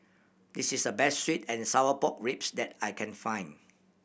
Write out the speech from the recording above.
this is the best sweet and sour pork ribs that I can find